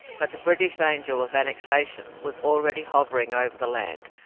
but the british angel of annexation was already hovering over the land,